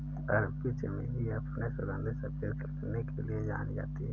अरबी चमेली अपने सुगंधित सफेद खिलने के लिए जानी जाती है